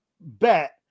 bet